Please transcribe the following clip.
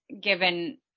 given